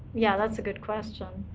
yeah, that's a good question.